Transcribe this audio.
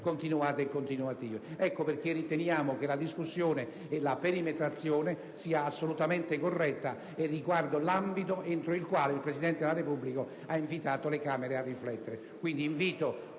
coordinate e continuative. Ecco perché riteniamo che la discussione e la perimetrazione sia assolutamente corretta e riguardi l'ambito entro il quale il Presidente della Repubblica ha invitato le Camere a riflettere.